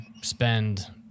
spend